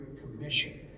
commission